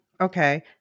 Okay